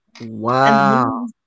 Wow